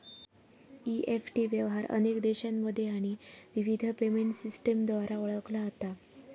EFT व्यवहार अनेक देशांमध्ये आणि विविध पेमेंट सिस्टमद्वारा ओळखला जाता